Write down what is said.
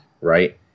Right